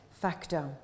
factor